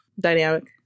dynamic